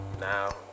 now